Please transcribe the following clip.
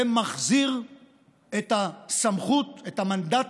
ומחזיר את הסמכות, את המנדט,